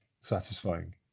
satisfying